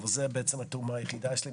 אבל זה בעצם התרומה היחידה שלי.